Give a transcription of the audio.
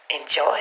enjoy